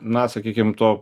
na sakykim to